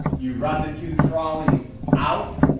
you run the two trolleys out,